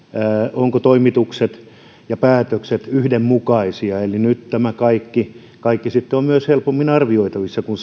ovatko toimitukset ja päätökset yhdenmukaisia eli nyt tämä kaikki kaikki on myös helpommin arvioitavissa kuin